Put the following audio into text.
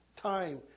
Time